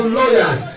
lawyers